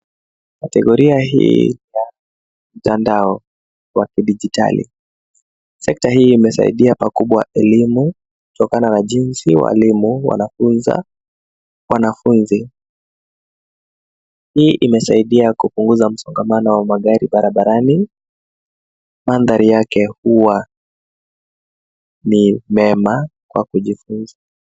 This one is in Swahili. Kategoria hii ya mtandao, wa kidijitali. Sekta hii imesaidia pakubwa elimu, kutokana na jinsi walimu wanafunza wanafunzi. Hii imesaidia kupunguza msongamano wa magari barabarani. Mandhari yake huwa ni mema kwa kujifunza.